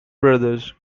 brothers